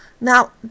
Now